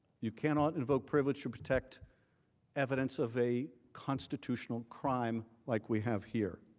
you cannot invoke privilege to protect evidence of a constitutional crime like we have here.